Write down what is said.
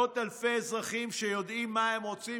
מאות אלפי אזרחים שיודעים מה הם רוצים,